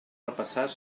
repassar